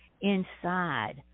inside